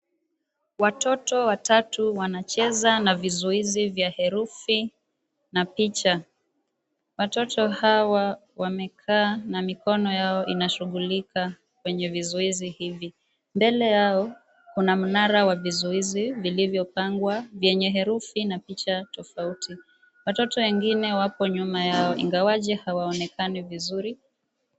Watoto watatu wanacheza na vizuizi vya herufi na picha. Watoto hawa wamekaa na mikono yao inashughulika kwenye vizuizi hivi. Mbele yao kuna mnara wa vizuizi vilivyo pangwa venye herufi na picha tofauti. Watoto wengine wako nyuma yao ingawaje hawaonekani vizuri.